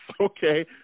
Okay